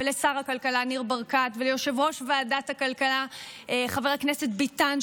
לשר הכלכלה ניר ברקת וליושב-ראש ועדת הכלכלה חבר הכנסת ביטן,